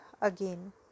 again